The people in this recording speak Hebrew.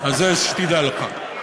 אז זה שתדע לך.